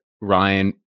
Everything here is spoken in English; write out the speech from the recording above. Ryan